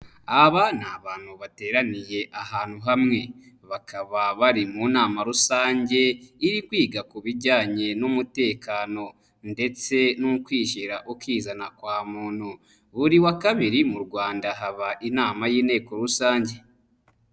Aba ni abantu bateraniye ahantu hamwe, bakaba bari mu nama rusange iri kwiga ku bijyanye n'umutekano ndetse n'ukwishyira ukizana kwa muntu, buri wa kabiri mu Rwanda haba inama y'inteko rusange.